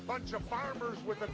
a bunch of farmers with